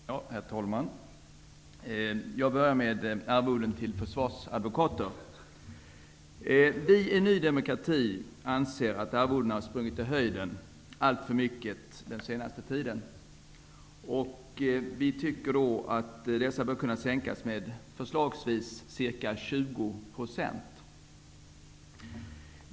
Herr talman! Jag börjar med att ta upp frågan om arvode till försvarsadvokater. Vi i Ny demokrati anser att arvodena under den senaste tiden har rusat i höjden alltför mycket. Vi tycker att arvodena bör kunna sänkas med förslagsvis 20 %.